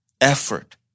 effort